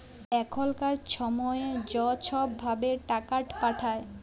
এখলকার ছময়ে য ছব ভাবে টাকাট পাঠায়